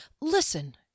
Listen